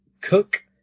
Cook